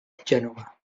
gènova